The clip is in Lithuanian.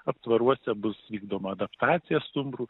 aptvaruose bus vykdoma adaptacija stumbrų